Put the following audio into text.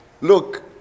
look